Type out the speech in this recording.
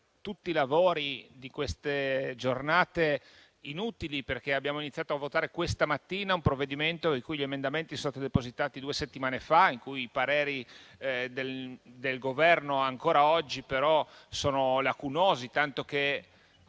tutti i lavori di queste giornate inutili: abbiamo iniziato a votare questa mattina il provvedimento ma gli emendamenti erano stati depositati due settimane fa e i pareri del Governo ancora oggi sono lacunosi, tanto che